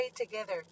together